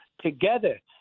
together